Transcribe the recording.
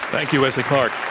thank you, mr. clark.